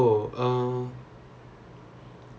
என்னமோ ஒரு புது:ennmo oru puthu language இருந்துச்சு:irunthuchu